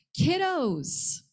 Kiddos